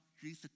Jesus